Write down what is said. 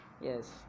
Yes